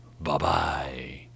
Bye-bye